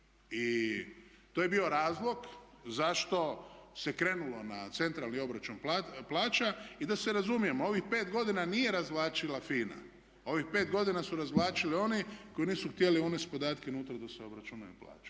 I to je bio razlog zašto se krenulo na centralni obračun plaća. I da se razumijemo, ovih 5 godina nije razvlačila FINA, ovih 5 godina su razvlačili oni koji nisu htjeli unesti podatke unutar da se obračunaju plaće.